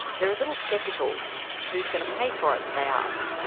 they're a little sceptical who's going to pay for it, they ask?